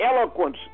eloquence